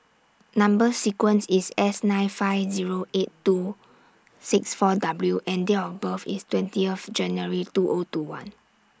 Number sequence IS S nine five Zero eight two six four W and Date of birth IS twenty of January two O two one